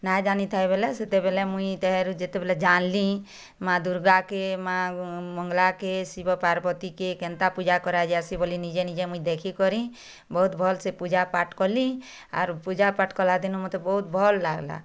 ନା ଜାଣିଥାଏ ବୋଲେ ସେତେବେଳେ ମୁଇଁ ତେହେରୁ ଯେତେବେଳେ ଜାଣିଲି ମା' ଦୁର୍ଗା କେ ମା' ମଙ୍ଗଲା କେ ଶିବ ପାର୍ବତୀ କେ କେନ୍ତା ପୂଜା କରାଯାସିନି ବୋଲି ନିଜେ ନିଜେ ମୁଇଁ ଦେଖି କରି ବହୁତ ଭଲ୍ ସେ ପୂଜାପାଠ କଲି ଆରୁ ପୂଜାପାଠ କରା ଦିନୁ ମୋତେ ବହୁତ ଭଲ ଲାଗିଲା